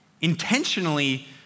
intentionally